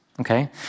Okay